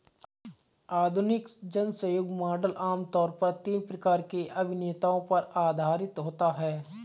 आधुनिक जनसहयोग मॉडल आम तौर पर तीन प्रकार के अभिनेताओं पर आधारित होता है